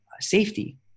safety